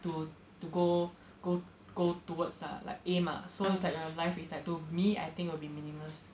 to to go go go towards ah like aim ah so it's like life is like to me I think would be meaningless